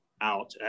out